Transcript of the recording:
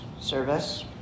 service